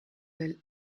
del